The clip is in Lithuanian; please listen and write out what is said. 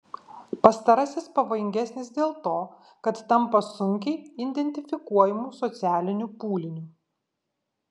pastarasis pavojingesnis dėl to kad tampa sunkiai identifikuojamu socialiniu pūliniu